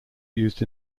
used